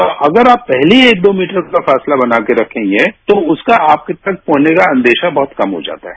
तो अगर आप पहले ही एक दो मीटर का फासला बनाकर के रखेंगे तो उनका आपके पास होने का अंदेशा कम हो जाता है